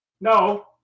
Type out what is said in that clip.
No